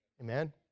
Amen